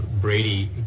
brady